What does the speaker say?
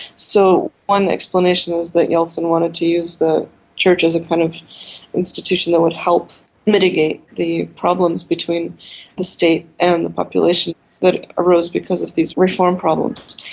so one explanation was that yeltsin wanted to use the church as a kind of institution that would help mitigate the problems between the state and the population that arose because of these reform problems.